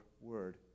word